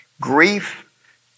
grief